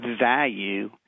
value